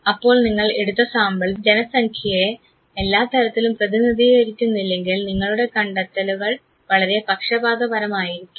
അപ്പോൾ നിങ്ങൾ എടുത്ത സാമ്പിൾ ജനസംഖ്യയെ എല്ലാത്തരത്തിലും പ്രതിനിധീകരിക്കുന്നില്ലെങ്കിൽ നിങ്ങളുടെ കണ്ടെത്തലുകൾ വളരെ പക്ഷപാതകരമായിരിക്കും